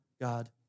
God